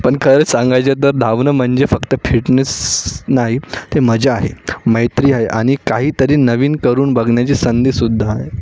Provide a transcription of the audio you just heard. पण खरंच सांगायचे तर धावणं म्हणजे फक्त फिटनेस नाही ते मजा आहे मैत्री आहे आणि काहीतरी नवीन करून बघण्याची संधीसुद्धा आहे